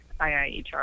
IIHR